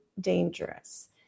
dangerous